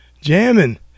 jamming